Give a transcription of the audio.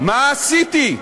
מה עשיתי?